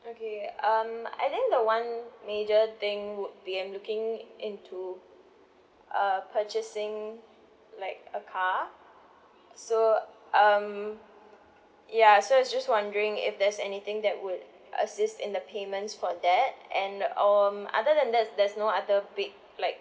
okay um I think the one major thing would be I'm looking into uh purchasing like a car so um ya so I just wondering if there's anything that would assist in the payments for that and um other than that there's no other big like